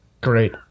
Great